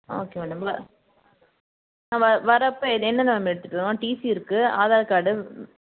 okay madam வரப்ப என்னென்ன ma'am எடுத்துவரணும் டிசி இருக்கு ஆதார் கார்டு